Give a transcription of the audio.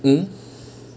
hmm